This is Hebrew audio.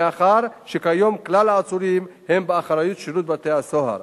מאחר שכיום כלל העצורים הם באחריות שירות בתי-הסוהר.